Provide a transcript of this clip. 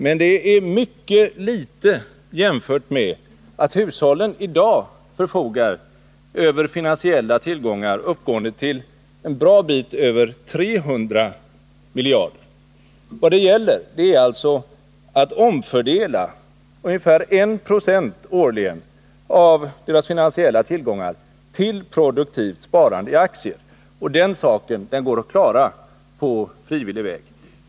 Men det är mycket litet jämfört med att hushållen i dag förfogar över finansiella tillgångar uppgående till en bra bit över 300 miljarder. Vad det gäller är alltså att omfördela ungefär 1 26 årligen av dessa finansiella tillgångar till produktivt sparande i aktier. Och den saken går att klara på frivillig väg.